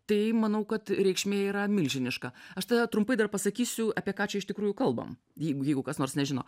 tai manau kad reikšmė yra milžiniška aš tada trumpai dar pasakysiu apie ką čia iš tikrųjų kalbam jeigu jeigu kas nors nežino